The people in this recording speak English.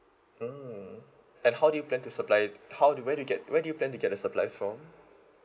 mm and how do you plan to supply it how do where do you get where do you plan to get the supplies from